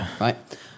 right